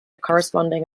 corresponding